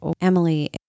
Emily